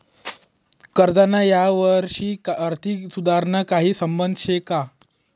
कर्जना यवहारशी आर्थिक सुधारणाना काही संबंध शे का?